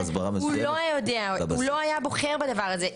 הוא לא היה בוחר בדבר הזה.